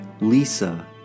Lisa